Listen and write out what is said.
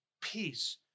peace